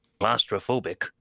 claustrophobic